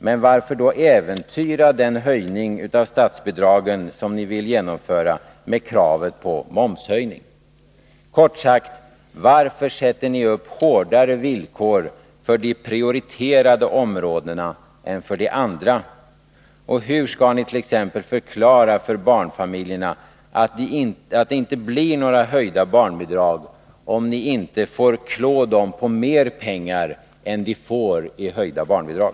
Men varför då äventyra den höjning av statsbidragen som ni vill genomföra med kravet på momshöjning? Kort sagt: Varför sätter ni upp hårdare villkor för de prioriterade områdena än för de andra? Hur skall ni t.ex. förklara för barnfamiljerna att detinte blir några höjda barnbidrag om ni inte får klå dem på mera pengar än de får i höjda barnbidrag?